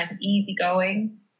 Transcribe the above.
easygoing